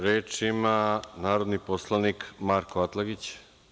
Reč ima narodni poslanik Marko Atlagić.